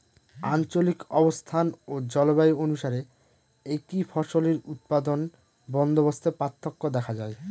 আঞ্চলিক অবস্থান ও জলবায়ু অনুসারে একই ফসলের উৎপাদন বন্দোবস্তে পার্থক্য দেখা যায়